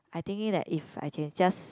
I thinking that if I can just